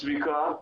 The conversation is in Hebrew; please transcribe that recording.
צביקה,